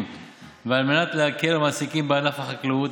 ועל מנת להקל על מעסיקים בענף החקלאות,